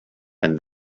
and